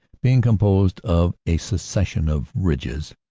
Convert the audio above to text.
being composed of a succession of ridges,